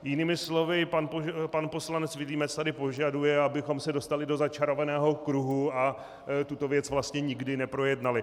Jinými slovy, pan poslanec Vilímec tady požaduje, abychom se dostali do začarovaného kruhu a tuto věc vlastně nikdy neprojednali.